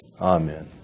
Amen